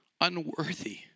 unworthy